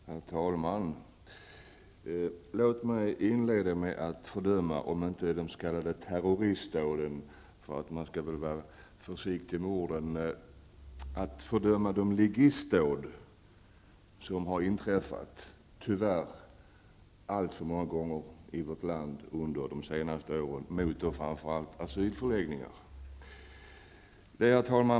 Herr talman! Låt mig inleda med att fördöma de, om inte terroristdåd -- man skall väl vara försiktig med orden -- så i varje fall, ligistdåd som tyvärr har inträffat alltför många gånger i vårt land under de senaste åren mot framför allt asylförläggningar. Herr talman!